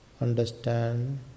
understand